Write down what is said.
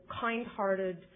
kind-hearted